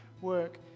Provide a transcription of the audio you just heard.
work